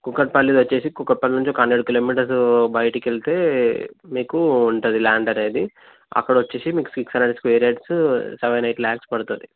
కూకట్పల్లిది వచ్చేసి కూకట్పల్లి నుంచి ఒక హండ్రెడ్ కిలోమీటర్స్ బయటికెళ్తే మీకు ఉంటుంది ల్యాండ్ అనేది అక్కడ వచ్చేసి మీకు six hundred square yards seven eight lakhs పడుతుంది